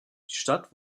stadt